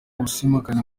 ubwisungane